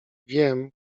wiem